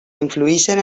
influïxen